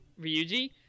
Ryuji